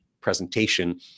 presentation